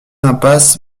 impasse